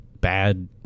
bad